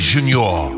Junior